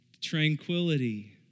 tranquility